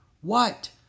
What